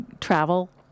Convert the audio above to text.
travel